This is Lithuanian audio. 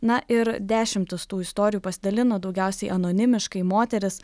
na ir dešimtys tų istorijų pasidalino daugiausiai anonimiškai moterys